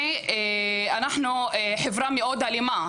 "אנחנו חברה מאוד אלימה.